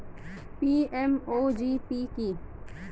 PMEGP কি?